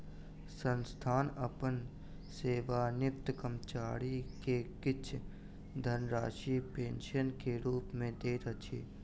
संस्थान अपन सेवानिवृत कर्मचारी के किछ धनराशि पेंशन के रूप में दैत अछि